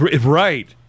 right